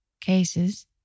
cases